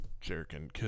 jerking